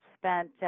spent